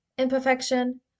imperfection